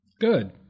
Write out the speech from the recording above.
Good